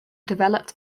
developed